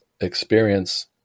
experience